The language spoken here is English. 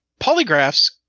polygraphs